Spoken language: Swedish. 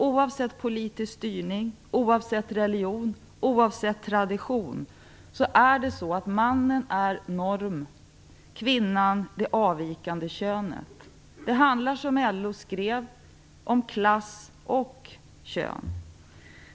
Oavsett politisk styrning, oavsett religion och oavsett tradition är mannen norm, kvinnan det avvikande könet. Det handlar, som LO skrev, om klass och kön.